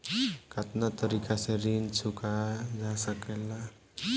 कातना तरीके से ऋण चुका जा सेकला?